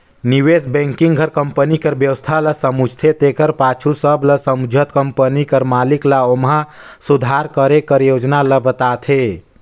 निवेस बेंकिग हर कंपनी कर बेवस्था ल समुझथे तेकर पाछू सब ल समुझत कंपनी कर मालिक ल ओम्हां सुधार करे कर योजना ल बताथे